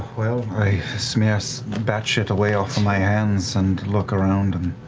well, i smear some bat shit away off of my hands and look around and,